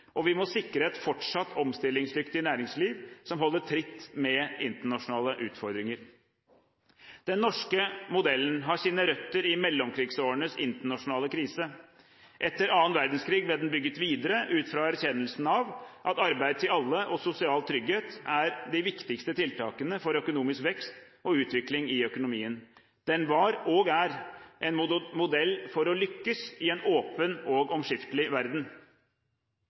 og vi må sikre et fortsatt omstillingsdyktig næringsliv som holder tritt med internasjonale utfordringer. Den norske modellen har sine røtter i mellomkrigsårenes internasjonale krise. Etter annen verdenskrig ble den bygget videre ut fra erkjennelsen av at arbeid til alle og sosial trygghet er de viktigste tiltakene for økonomisk vekst og utvikling i økonomien. Den var – og er – en modell for å lykkes i en åpen og omskiftelig verden.